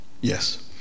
Yes